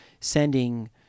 sending